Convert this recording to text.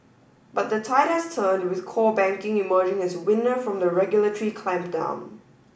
but the tide has turned with core banking emerging as winner from the regulatory clampdown